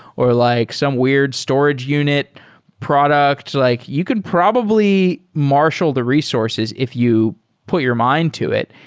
or like some weird storage unit products. like you can probably marshal the resources if you put your mind to it.